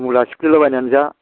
मुला सिफ्लेला बायनानै जा